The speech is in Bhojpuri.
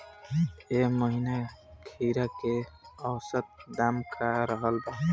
एह महीना खीरा के औसत दाम का रहल बा?